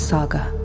Saga